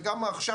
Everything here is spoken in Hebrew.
וגם עכשיו